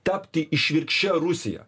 tapti išvirkščia rusija